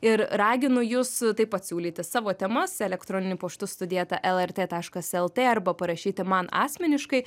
ir raginu jus taip pat siūlyti savo temas elektroniniu paštu studija eta lrt taškas lt arba parašyti man asmeniškai